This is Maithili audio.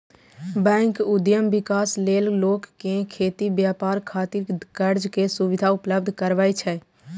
बैंक उद्यम विकास लेल लोक कें खेती, व्यापार खातिर कर्ज के सुविधा उपलब्ध करबै छै